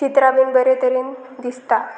चित्रां बीन बरे तरेन दिसता